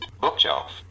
bookshelf